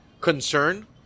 concern